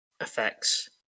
effects